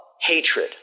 hatred